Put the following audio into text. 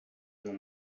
não